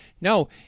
No